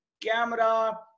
camera